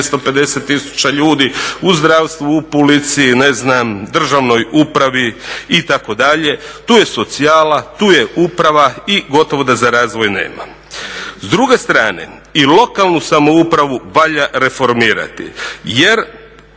250 tisuća ljudi, u zdravstvu, u policiji, ne znam državnoj upravi itd. tu je socijala, tu je uprava i gotovo da za razvoj nema. S druge strane, i lokalnu samoupravu valja reformirati jer